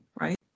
right